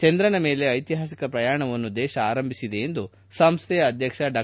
ಚಂದ್ರನ ಮೇಲೆ ಐತಿಹಾಸಿಕ ಪ್ರಯಾಣವನ್ನು ದೇಶ ಆರಂಭಿಸಿದೆ ಎಂದು ಸಂಸ್ಥೆಯ ಅಧ್ಯಕ್ಷ ಡಾ